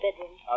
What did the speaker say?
bedroom